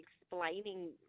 explaining